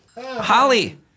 Holly